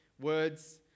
words